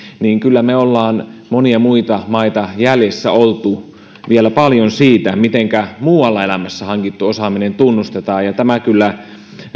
niin kyllä me olemme monia muita maita jäljessä olleet vielä paljon siitä miten muualla elämässä hankittu osaaminen tunnustetaan tällä kyllä